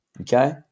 okay